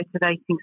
motivating